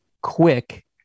quick